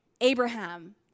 Abraham